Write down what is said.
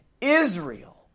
Israel